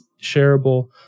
shareable